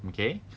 okay